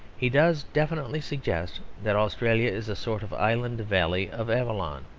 he does definitely suggest that australia is a sort of island valley of avalon,